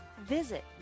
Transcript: visit